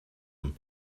him